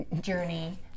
journey